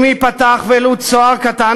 אם ייפתח ולו צוהר קטן,